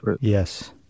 Yes